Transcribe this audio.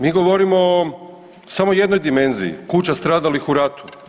Mi govorimo o samo jednoj dimenziji, kuća stradalih u ratu.